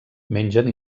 mengen